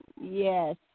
yes